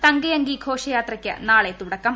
തങ്കയങ്കി ഘോഷയാത്രയ്ക്ക് നാളെ തുടക്കം